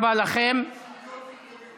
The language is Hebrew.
בעד, 13, נגד, עשרה.